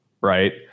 Right